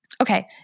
Okay